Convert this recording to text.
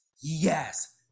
yes